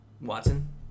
Watson